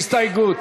להסתייגות